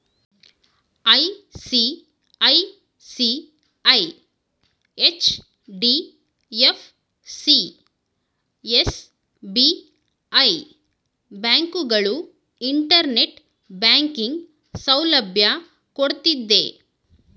ICICI, HDFC, SBI, ಬ್ಯಾಂಕುಗಳು internet banking ಸೌಲಭ್ಯ ಕೊಡ್ತಿದ್ದೆ